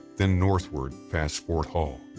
than northward past fort hall.